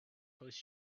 post